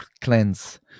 Cleanse